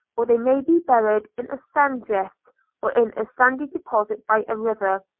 or they may be buried in a sand drift or in a sandy deposit by a river